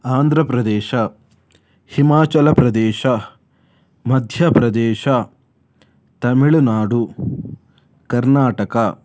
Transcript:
Andhra Pradesh Himachal Pradesh Madhya Pradesh Tamil Nadu Karnataka